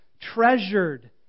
treasured